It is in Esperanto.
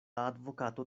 advokato